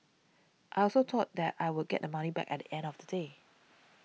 I also thought that I would get the money back at the end of the day